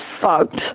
fucked